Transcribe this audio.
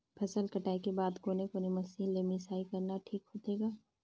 फसल कटाई के बाद कोने कोने मशीन ले मिसाई करना ठीक होथे ग?